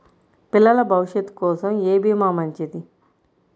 పిల్లల భవిష్యత్ కోసం ఏ భీమా మంచిది?